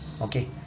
Okay